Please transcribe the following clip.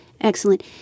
Excellent